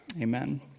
amen